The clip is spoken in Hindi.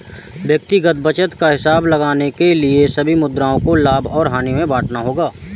व्यक्तिगत बचत का हिसाब लगाने के लिए सभी मदों को लाभ और हानि में बांटना होगा